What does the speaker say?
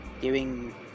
giving